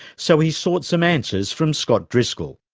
so he sought some answers from scott driscoll.